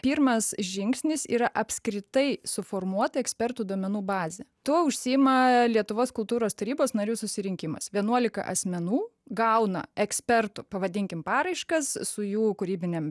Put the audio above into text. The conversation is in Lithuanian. pirmas žingsnis yra apskritai suformuot ekspertų duomenų bazę tuo užsiima lietuvos kultūros tarybos narių susirinkimas vienuolika asmenų gauna ekspertų pavadinkim paraiškas su jų kūrybinėm